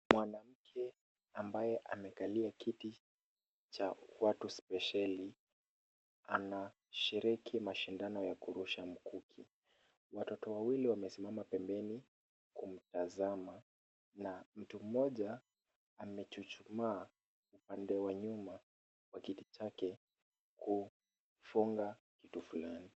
Mwanamke ambaye amekalia kiti cha watu spesheli, anashiriki mashindano ya kurusha mkuki. Watoto wawili wamesimama pembeni kumtazama na mtu mmoja amechuchumaa upande wa nyuma wa kiti chake kufunga kitu fulani.